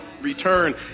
return